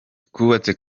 twubatse